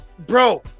Bro